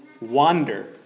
wander